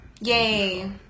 Yay